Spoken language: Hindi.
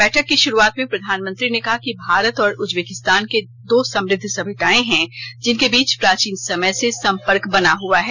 बैठक की शुरूआत में प्रधानमंत्री ने कहा कि भारत और उज्बेकिस्तान दो समृद्ध सभ्यताएं हैं जिनके बीच प्राचीन समय से सम्पर्क बना हुआ है